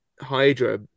Hydra